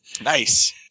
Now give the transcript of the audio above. Nice